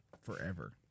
forever